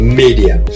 media